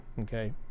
okay